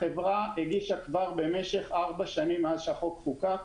החברה הגישה כבר במשך ארבע שנים מאז שהחוק חוקק